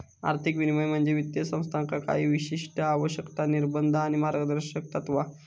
आर्थिक नियमन म्हणजे वित्तीय संस्थांका काही विशिष्ट आवश्यकता, निर्बंध आणि मार्गदर्शक तत्त्वा